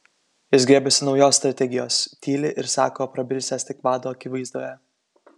jis griebiasi naujos strategijos tyli ir sako prabilsiąs tik vado akivaizdoje